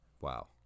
Wow